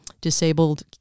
disabled